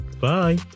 Bye